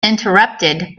interrupted